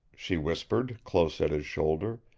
she whispered, close at his shoulder.